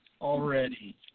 Already